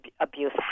abuse